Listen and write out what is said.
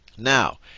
Now